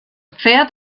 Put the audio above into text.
pferd